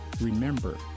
remember